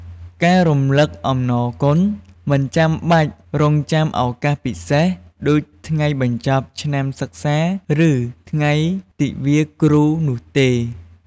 ការ រំលឹកអំណរគុណ មិនចាំបាច់រង់ចាំឱកាសពិសេសដូចថ្ងៃបញ្ចប់ឆ្នាំសិក្សា ឬថ្ងៃទិវាគ្រូនោះទេ។